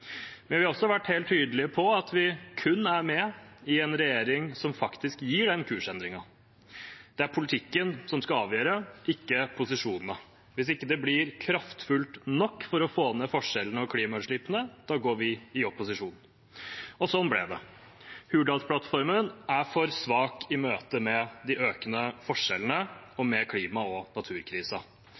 Men vi har også vært helt tydelige på at vi kun er med i en regjering som faktisk gir den kursendringen. Det er politikken som skal avgjøre, ikke posisjonene. Hvis det ikke blir kraftfullt nok til å få ned forskjellene og klimautslippene, da går vi i opposisjon. Sånn ble det. Hurdalsplattformen er for svak i møte med de økende forskjellene og med klima- og